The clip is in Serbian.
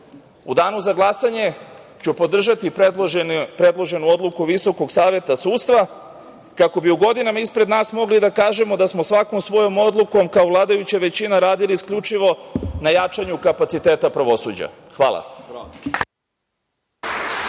danu za glasanje ću podržati predloženu odluku VSS, kako bi u godinama ispred nas mogli da kažemo da smo svakom svojom odlukom, kao vladajuća većina radili isključivo na jačanju kapaciteta pravosuđa. Hvala.